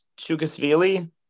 Chukasvili